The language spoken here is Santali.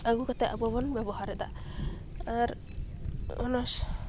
ᱟᱹᱜᱩ ᱠᱟᱛᱮᱫ ᱟᱵᱚᱵᱚᱱ ᱵᱮᱵᱚᱦᱟᱨ ᱮᱫᱟ ᱟᱨ ᱚᱱᱟ